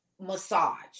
massage